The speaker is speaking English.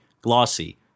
Glossy